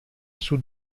sud